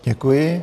Děkuji.